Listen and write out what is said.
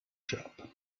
shop